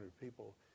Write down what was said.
people